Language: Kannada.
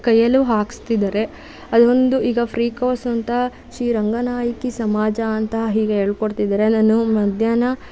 ಕೈಯಲ್ಲೂ ಹಾಕಿಸ್ತಿದ್ದಾರೆ ಅದೊಂದು ಈಗ ಫ್ರೀ ಕೋರ್ಸ್ ಅಂತ ಶ್ರೀ ರಂಗನಾಯಕಿ ಸಮಾಜ ಅಂತ ಹೀಗೆ ಹೇಳಿಕೊಡ್ತಿದ್ದಾರೆ ನಾನು ಮಧ್ಯಾಹ್ನ